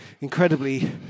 incredibly